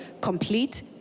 complete